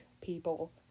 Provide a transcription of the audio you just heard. people